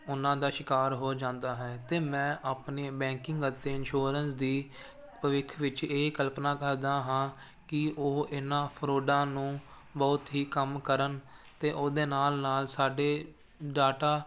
ਉਹਨਾਂ ਦਾ ਸ਼ਿਕਾਰ ਹੋ ਜਾਂਦਾ ਹੈ ਅਤੇ ਮੈਂ ਆਪਣੇ ਬੈਂਕਿੰਗ ਅਤੇ ਇਨਸ਼ੋਰੈਂਸ ਦੀ ਭਵਿੱਖ ਵਿੱਚ ਇਹ ਕਲਪਨਾ ਕਰਦਾ ਹਾਂ ਕਿ ਉਹ ਇਹਨਾ ਫਰੋਡਾਂ ਨੂੰ ਬਹੁਤ ਹੀ ਕੰਮ ਕਰਨ ਅਤੇ ਉਹਦੇ ਨਾਲ ਨਾਲ ਸਾਡੇ ਡਾਟਾ